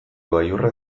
gailurrak